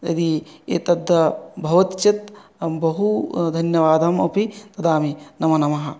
यदि एतत् भवति चेत् अहं बहु धन्यवादम् अपि ददामि नमो नमः